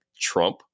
Trump